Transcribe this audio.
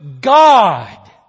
God